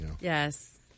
Yes